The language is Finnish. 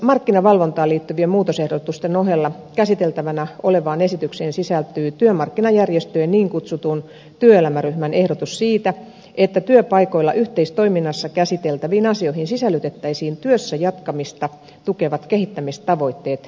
markkinavalvontaan liittyvien muutosehdotusten ohella käsiteltävänä olevaan esitykseen sisältyy työmarkkinajärjestöjen niin kutsutun työelämäryhmän ehdotus siitä että työpaikoilla yhteistoiminnassa käsiteltäviin asioihin sisällytettäisiin työssä jatkamista tukevat kehittämistavoitteet ja ohjelmat